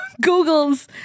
Google's